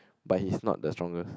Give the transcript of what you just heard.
but he's not the strongest